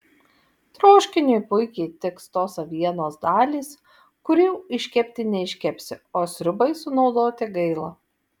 troškiniui puikiai tiks tos avienos dalys kurių iškepti neiškepsi o sriubai sunaudoti gaila